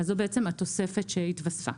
אז זו התוספת שהתווספה.